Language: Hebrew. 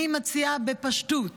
אני מציע בפשטות,